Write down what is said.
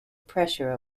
pressure